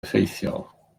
effeithiol